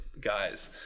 guys